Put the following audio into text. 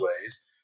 ways